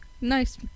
Nice